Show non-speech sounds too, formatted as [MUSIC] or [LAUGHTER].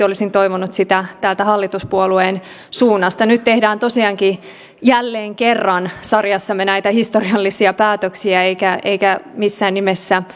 [UNINTELLIGIBLE] olisin toivonut sitä hallituspuolueen suunnasta nyt tehdään tosiaankin jälleen kerran sarjassamme näitä historiallisia päätöksiä eikä missään nimessä [UNINTELLIGIBLE]